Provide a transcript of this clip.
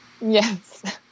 Yes